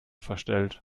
verstellt